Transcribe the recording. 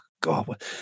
God